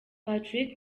patrick